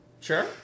Sure